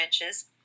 inches